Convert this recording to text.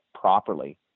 properly